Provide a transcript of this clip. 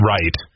Right